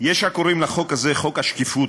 יש הקוראים לחוק הזה "חוק השקיפות"